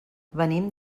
venim